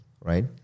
right